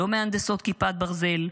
לא מהנדסות כיפת ברזל,